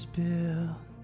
built